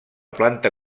planta